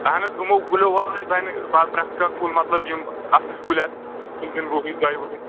اہن حظ یِمَو کُلیو ورٲے بنہِ نہٕ بہہ ترکھا کُل مطلب یِم اصٕلۍ آسن وُہٕرۍ دۄیہِ وُہٕرۍ